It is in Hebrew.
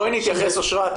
אושרת, בואי נתייחס --- רגע.